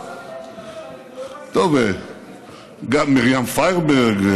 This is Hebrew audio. גם מרים פיירברג,